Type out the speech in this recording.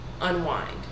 unwind